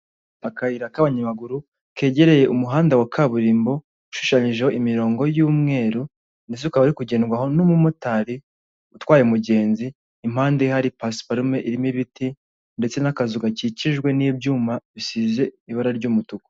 Akayira k'abanyamaguru, kegereye umuhanda wa kaburimbo ushushanyijeho imirongo y'umweru, ndetse ukaba uri kugendwaho n'umumotari utwaye umugenzi, impande hari pasiparume irimo ibiti ndetse n'akazu gakikijwe n'ibyuma bisize ibara ry'umutuku.